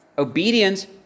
Obedience